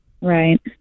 Right